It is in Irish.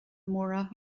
móra